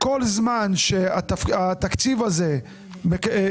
כל זמן שהתקציב הזה בתוקף,